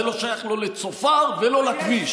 זה לא שייך לא לצופר ולא לכביש.